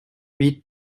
huit